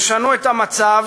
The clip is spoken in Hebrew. ישנו את המצב